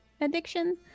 addiction